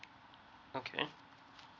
okay